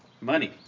Money